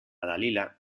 dalila